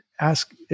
ask